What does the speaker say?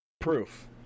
Proof